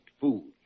food